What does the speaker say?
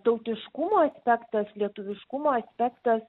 tautiškumo aspektas lietuviškumo aspektas